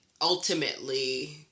ultimately